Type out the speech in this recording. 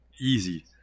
easy